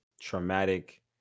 traumatic